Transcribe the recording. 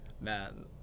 man